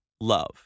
love